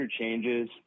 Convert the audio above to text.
changes